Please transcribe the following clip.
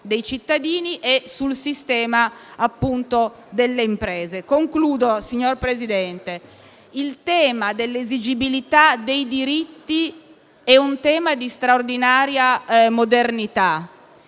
dei cittadini e sul sistema delle imprese. Concludo, signor Presidente: il tema dell'esigibilità dei diritti è un tema di straordinaria modernità.